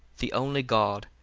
the only god,